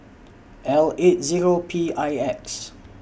L eight Zero P I X